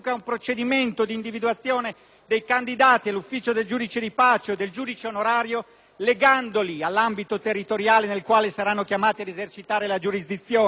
legandoli all'ambito territoriale nel quale saranno chiamati ad esercitare la giurisdizione e con proposte di nomina che vengano dalla comunità interessata alla funzione giudiziaria?